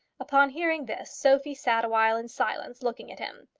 upon hearing this sophie sat awhile in silence, looking at him.